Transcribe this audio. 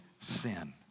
sin